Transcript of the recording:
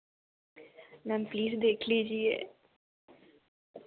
ma'am please देख लीजिए